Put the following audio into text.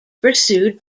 pursued